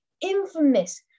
infamous